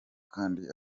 kandi